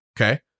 Okay